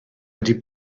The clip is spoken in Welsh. wedi